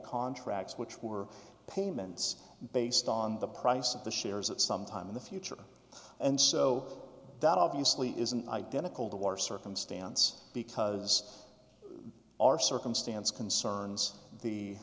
contracts which were payments based on the price of the shares at some time in the future and so that obviously isn't identical to war circumstance because our circumstance concerns